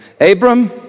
Abram